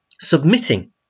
submitting